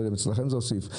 שאצלכם זה הוסיף.